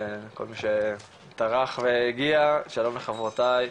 כל מי שטרח והגיע, שלום לחברותיי,